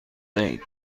دهید